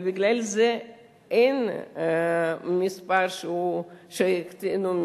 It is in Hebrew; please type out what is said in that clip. ובגלל זה אין מספר שהקטינו,